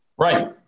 Right